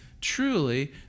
truly